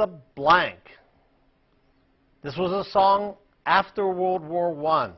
the blank this was a song after world war one